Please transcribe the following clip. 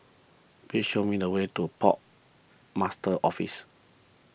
please show me the way to Port Master's Office